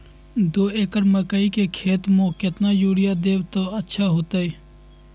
दो एकड़ मकई के खेती म केतना यूरिया देब त अच्छा होतई?